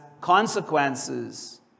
consequences